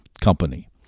company